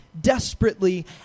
desperately